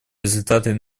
результаты